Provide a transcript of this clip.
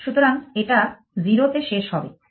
সুতরাং এটা 0 তে শেষ হবে